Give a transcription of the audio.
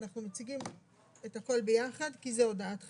אנחנו מציגים את הכול ביחד כי זו הודעת חירום.